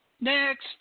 Next